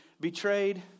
betrayed